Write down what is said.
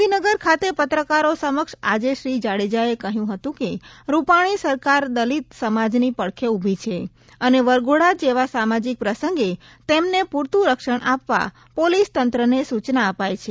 ગાંધીનગર ખાતે પત્રકારો સમક્ષ આજે શ્રી જાડેજાએ કહ્યું હતું કે રૂપાણી સરકાર દલિત સમાજની પડખે ઊભી છે અને વરઘોડા જેવા સામાજિક પ્રસંગે તેમને પૂરતું રક્ષણ આપવા પોલીસ તંત્રને સૂચના અપાઈ છે